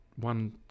one